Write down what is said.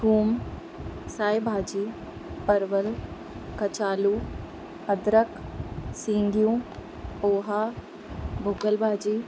थूम साई भाॼी परवल कचालू अदरक सिंगियूं पोहा भुॻल भाॼी